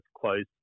closed